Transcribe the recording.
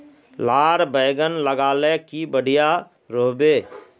लार बैगन लगाले की बढ़िया रोहबे?